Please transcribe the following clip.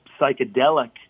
psychedelic